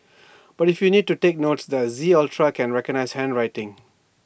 but if you need to take notes the Z ultra can recognise handwriting